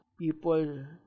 people